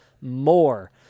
more